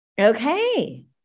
Okay